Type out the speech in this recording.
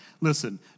listen